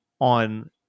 on